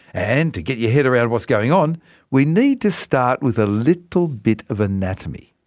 and to get your head around what's going on we need to start with a little bit of anatomy.